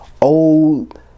old